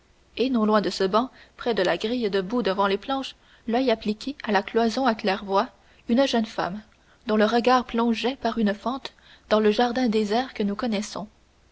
et non loin de ce banc près de la grille debout devant les planches l'oeil appliqué à la cloison à claire-voie une jeune femme dont le regard plongeait par une fente dans le jardin désert que nous connaissons